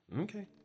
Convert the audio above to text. Okay